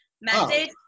message